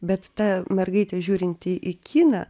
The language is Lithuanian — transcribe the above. bet ta mergaitė žiūrinti į kiną